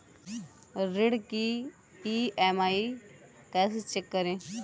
ऋण की ई.एम.आई कैसे चेक करें?